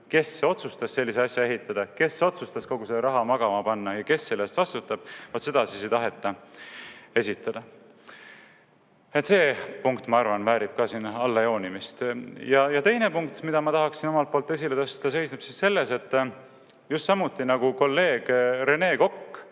kes otsustas sellise asja ehitada, kes otsustas kogu selle raha magama panna ja kes selle eest vastutab, vaat seda siis ei taheta esitada. See punkt, ma arvan, väärib ka siin allajoonimist. Teine punkt, mida ma tahaksin omalt poolt esile tõsta, seisneb selles, et just samuti, nagu kolleeg Rene Kokk